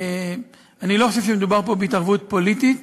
אני לא חושב שמדובר פה בהתערבות פוליטית,